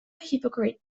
hypocrite